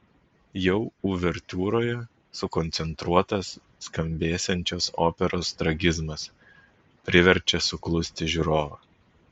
jau uvertiūroje sukoncentruotas skambėsiančios operos tragizmas priverčia suklusti žiūrovą